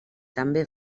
també